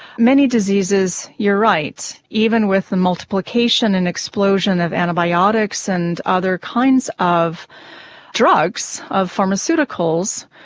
many diseases, you're right, even with the multiplication and explosion of antibiotics and other kinds of drugs, of pharmaceuticals,